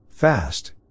Fast